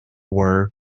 word